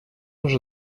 уже